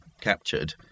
captured